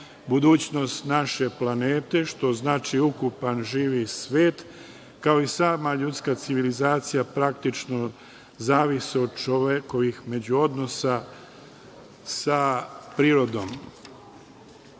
Budućnost naše planete, što znači ukupan živi svet, kao i sama ljudska civilizacija, praktično zavise od čovekovih međuodnosa sa prirodom. Danas